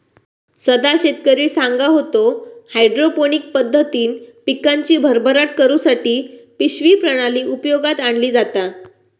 सदा शेतकरी सांगा होतो, हायड्रोपोनिक पद्धतीन पिकांची भरभराट करुसाठी पिशवी प्रणाली उपयोगात आणली जाता